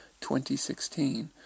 2016